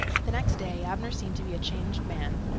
the next day abner seemed to be a changed man.